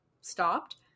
stopped